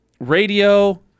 Radio